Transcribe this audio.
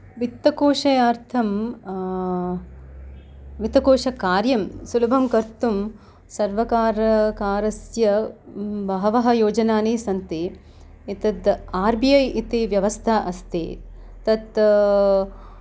वित्तकोशे अर्थं वित्तकोशकार्यं सुलभं कर्तुं सर्वकार कारस्य बहवः योजनानि सन्ति एतद् आर् बि ऐ इति व्यवस्था अस्ति तत्